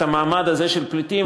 את המעמד הזה של פליטים,